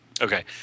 Okay